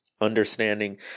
understanding